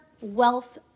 wealth